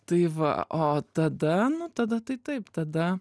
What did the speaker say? tai va o tada nu tada tai taip tada